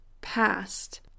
past